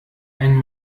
ein